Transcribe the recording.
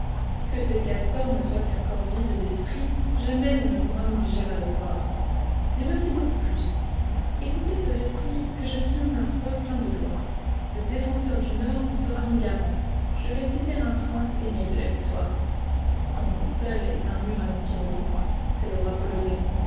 que ces castors ne soient qu'un corps vide d'esprit jamais on ne pourra m'obliger à le croire mais voici beaucoup plus écoutez ce récit que je tiens d'un roi plein de gloire le défenseur du nord vous sera mon garant je vais citer un prince aimé de la victoire son nom seul est un mur à l'empire ottoman c'est le roi polonais